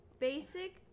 Basic